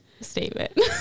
statement